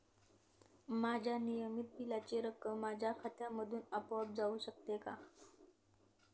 माझ्या नियमित बिलाची रक्कम माझ्या खात्यामधून आपोआप जाऊ शकते का?